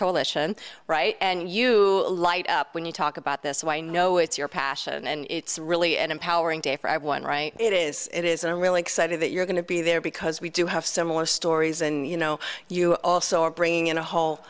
coalition right and you light up when you talk about this so i know it's your passion and it's really an empowering day for i one right it is it isn't really excited you're going to be there because we do have similar stories and you know you also are bringing in a whole